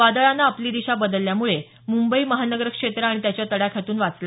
वादळानं आपली दिशा बदलल्यामुळे मुंबई महानगर क्षेत्र त्याच्या तडाख्यातून वाचलं